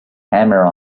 hammer